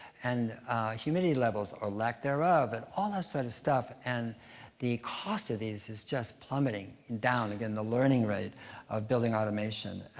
and humidity levels or lack thereof, and all that sort of stuff, and the cost of these is just plummeting down again, the learning rate of building automation.